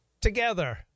together